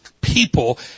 people